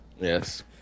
Yes